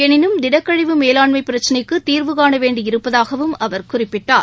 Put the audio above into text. எனினும் திடக்கழிவு மேலாண்மை பிரச்சினைக்கு தீர்வுகாண வேண்டி இருப்பதாகவும் அவர் குறிப்பிட்டார்